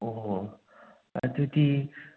ꯑꯣ ꯑꯣ ꯑꯗꯨꯗꯤ